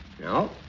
No